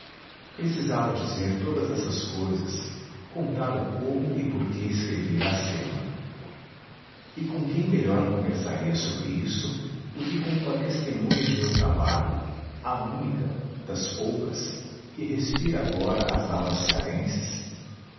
precisava dizer todas estas cousas contar o como e por que escrevi iracema e com quem melhor conversaria sobre isso do que com uma testemunha de meu trabalho a única das poucas que respira agora as auras cearenses